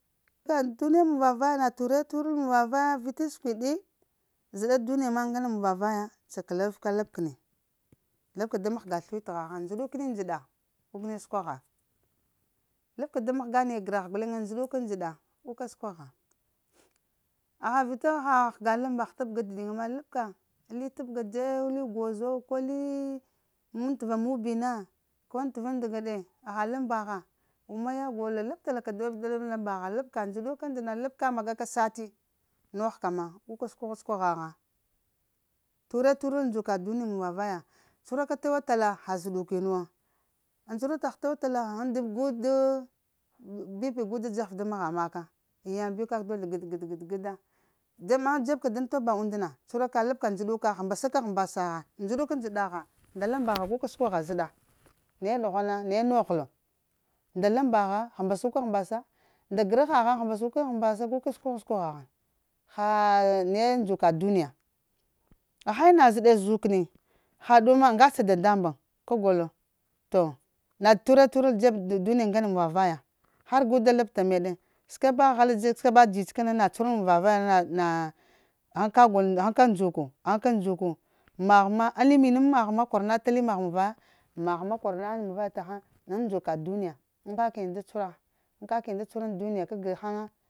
Ta duniya mun-va-vana ture-turəl mun-va-vaya, vita sikwiɗi zəɗa duniya mak ŋgane muŋ va vaya, cakala vaf ka labkəna labka da mahga sliwitəgh ha ndzuɗikini ndzəɗa gu kəni səkwagha, lab kəni da mahga naya gragh guleŋ ndzuɗi kini ndzəda, gu ka səkwagha wa ha vita haha həga lamb mbagh tab ga diɗiŋa ma labka li tabga dze li gooz, li ŋ təva mubi na, ko ŋ t'va ndaga ɗe haha lambagha, wuma ya golo labta la dan lamba gha labka ndzuda ka ndzəɗa labka maga ka sati ma nogh ka, gu ka səkwaghu-səkwa hagha. Ture-turəl ndzuka duniya muŋ va vaya cuhura ka tewa tala ha zəɗukin wo, ŋ cuhura tah itewa ta? Ghaŋ guda bp gu da dzaha maghaŋ makagu da yang biw ka ka gəd-gəd-gəda, ama dzeb ka daŋ toba und na cuhura ka labka ndzuɗuka ghəmba sa ka ghəmbasa. Ndzudu ka ndzəɗa ha nda lamba ha zəɗa naye ɗughwana naye noghlo nda lamba ghe həmbasu ka həmbasa nda gra hagha həmba suka həmbasa guka səkwa ghu-səkwa ha gha. Ha la na ye ndzuka duniya, ha ha ina zəɗe zukeni haɗu ma aŋ gasa dadamuŋ ka gəlo, to na ture-turəl duniya dzeb duniya ŋgane mun va vaya har gu da labta meɗe səkeba hala dza hala dzida kana na cuhura muŋ va vaya na, na? Gha ka gol? Ha ka ndzuka magh ali minaŋ magh ma kwara nafal mun vaya ta haŋ gham ndzuka dimuŋ? Ghan ka kəni da cuhura? Ghan ka kəni da cuhuraŋ duniya kag ghaya.